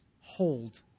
Hold